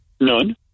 None